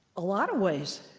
a lot of ways